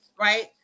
Right